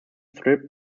strip